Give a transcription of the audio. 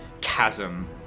chasm